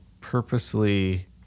purposely